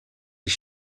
die